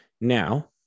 Now